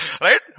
Right